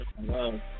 love